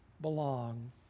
belong